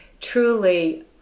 truly